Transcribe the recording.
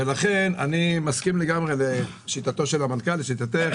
לכן, אני מסכים לגמרי לשיטת המנכ"ל ולשיטתך